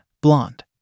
blonde